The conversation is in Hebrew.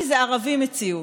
כי ערבים הציעו.